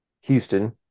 Houston